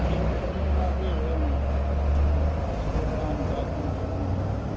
एवं क्रमेणापि वयं श्लोकान् गातुं शक्नुमः